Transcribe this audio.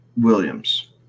Williams